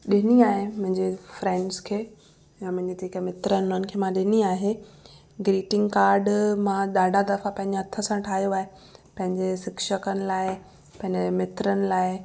ॾिनी आहे मुंहिंजे फ्रेंड्स खे या मुंहिंजा जेका मित्र आहिनि उन्हनि खे मां ॾिनी आहे ग्रीटिंग कार्ड मां ॾाढा दफ़ा पंहिंजा हथ सां ठाहियो आहे पंहिंजे शिक्षकनि लाइ पंहिंजे मित्रनि लाइ